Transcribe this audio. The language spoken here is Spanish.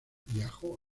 viajó